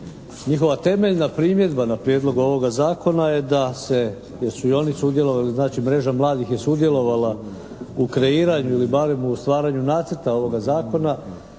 Njihova temeljna primjedba na prijedlog ovoga zakona je da se jer su i oni sudjelovali znači mreža mladih je sudjelovala u kreiranju ili barem u stvaranju nacrta ovoga zakona